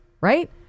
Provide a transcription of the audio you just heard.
right